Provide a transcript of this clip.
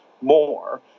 more